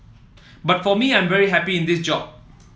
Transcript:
but for me I am very happy in this job